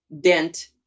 dent